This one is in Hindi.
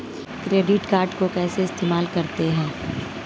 क्रेडिट कार्ड को इस्तेमाल कैसे करते हैं?